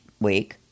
week